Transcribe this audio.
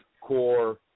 core